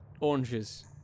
oranges